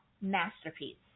masterpiece